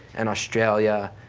and australia,